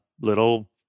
little